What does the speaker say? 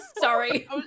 sorry